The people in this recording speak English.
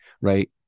right